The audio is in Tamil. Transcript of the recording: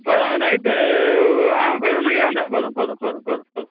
இப்போது நைட் ஆ பதினொரு மணிக்கெலாம் வந்தால் போதும் போதும் போதும் போதும்